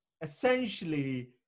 essentially